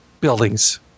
buildings